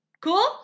Cool